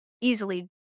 easily